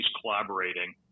collaborating